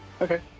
okay